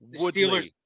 Steelers